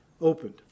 opened